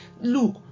look